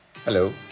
Hello